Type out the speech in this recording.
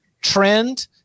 trend